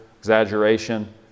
exaggeration